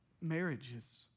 marriages